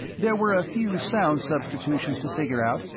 there were a few sound substitutions to figure out,